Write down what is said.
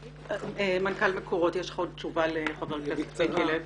מנכ"ל מקורות, יש לך תשובה לחבר הכנסת לוי?